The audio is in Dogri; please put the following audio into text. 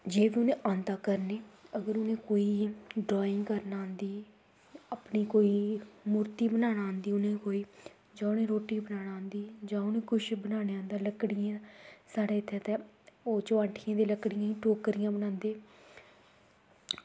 जे तुसें आंदा करने गी अगर उ'नेंगी कोई ड्राइंग करना आंदी अपनी कोई मुर्ति बनाना आंदी उ'नेंगी कोई जां उ'नेंगी रोटी बनाना आंदी जां उ'नेंगी कुछ बनाना औंदा लक्कड़ियें दा साढ़े इत्थें ते ओह् जो आठियें दी लक्कड़ियें दियां टोकरियां बनांदे